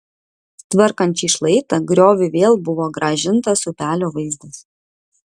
tvarkant šį šlaitą grioviui vėl buvo grąžintas upelio vaizdas